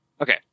Okay